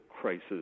crisis